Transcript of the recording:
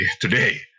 today